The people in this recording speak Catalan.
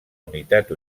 unitat